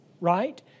Right